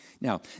Now